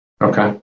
Okay